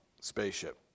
spaceship